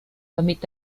damit